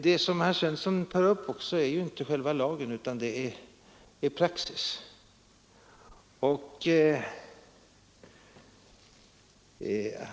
Det som herr Svensson tar upp är inte heller själva lagen utan praxis.